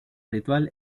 ritual